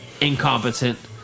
Incompetent